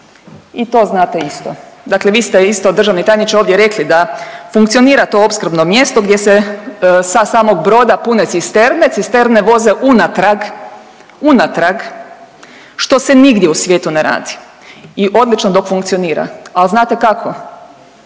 i to znate isto. Dakle, vi ste isto državni tajniče ovdje rekli da funkcionira to opskrbno mjesto gdje se sa samog broda pune cisterne. Cisterne voze unatrag, unatrag što se nigdje u svijetu ne radi i odlično dok funkcionira. Ali znate kako?